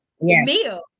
meal